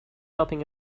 helping